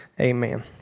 Amen